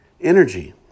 energy